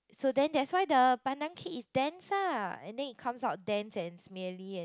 so then that's why the pandan cake is dense ah and then it comes out dense and smelly and